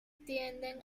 tienden